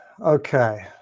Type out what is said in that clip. Okay